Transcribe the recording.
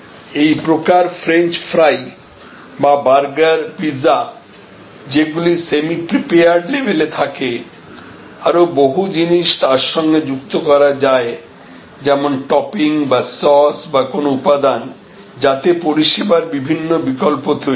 এই প্রকার French fry বা বার্গার পিৎজা যেগুলি সেমি প্রিপেয়ার্ড লেভেলে থাকে আরও বহু জিনিস তার সঙ্গে যুক্ত করা যায় যেমন টপিং বা সস বা কোন উপাদান যাতে পরিষেবার বিভিন্ন বিকল্প তৈরি হয়